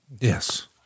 Yes